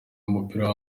w’umupira